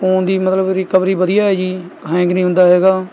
phone ਦੀ ਮਤਲਬ recovery ਵਧੀਆ ਹੈ ਜੀ ਹੈਂਗ ਨਹੀਂ ਹੁੰਦਾ ਹੈਗਾ